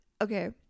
Okay